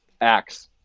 acts